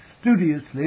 studiously